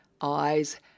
eyes